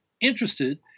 interested